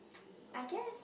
I guess